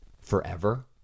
forever